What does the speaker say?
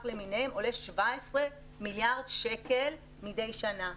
למיניהן עולה 17 מיליארד שקלים מדי שנה.